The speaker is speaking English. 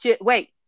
wait